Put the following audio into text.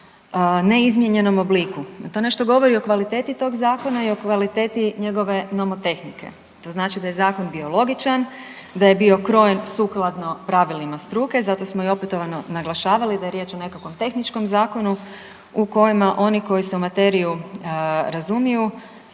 neizmijenjenom obliku. To nešto govori o kvaliteti tog zakona i kvaliteti njegove nomotehnike. To znači da je zakon bio logičan, da je bio krojen sukladno pravilima struke, zato smo i opetovano naglašavali da je riječ o nekakvom tehničkom zakonu u kojima oni koji se u materiju razumiju